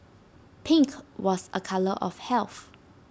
pink was A colour of health